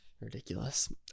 Ridiculous